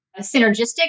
synergistic